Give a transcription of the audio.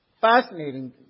Fascinating